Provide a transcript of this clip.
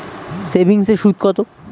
সেভিংসে সুদ কত?